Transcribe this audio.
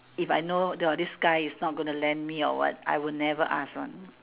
if I know this guy is not going to lend me or what I would never ask one